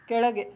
ಕೆಳಗೆ